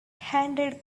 handed